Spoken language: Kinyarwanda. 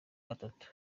gatatu